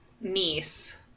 niece